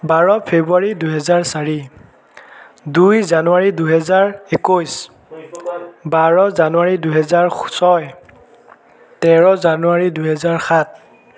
বাৰ ফেব্ৰুৱাৰী দুহেজাৰ চাৰি দুই জানুৱাৰী দুহেজাৰ একৈছ বাৰ জানুৱাৰী দুহেজাৰ ছয় তেৰ জানুৱাৰী দুহেজাৰ সাত